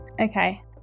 okay